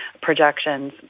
projections